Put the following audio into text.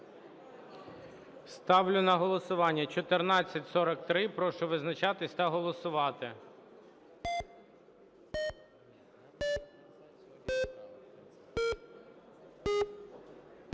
Ставлю на голосування 1444. Прошу визначатися та голосувати.